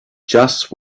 just